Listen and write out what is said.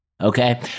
okay